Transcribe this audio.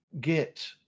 get